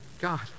God